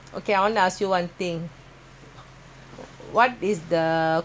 covid nineteen ah the pandemic came